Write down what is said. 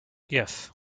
yes